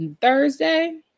Thursday